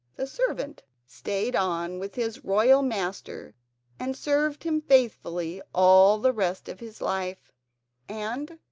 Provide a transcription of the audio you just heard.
the servant stayed on with his royal master and served him faithfully all the rest of his life and,